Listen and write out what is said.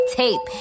tape